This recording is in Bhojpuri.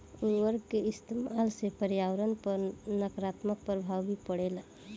उर्वरक के इस्तमाल से पर्यावरण पर नकारात्मक प्रभाव भी पड़ेला